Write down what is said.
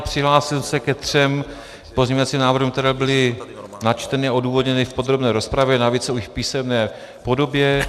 Přihlásím se ke třem pozměňovacím návrhům, které byly načteny a odůvodněny v podrobné rozpravě, navíc už v písemné podobě.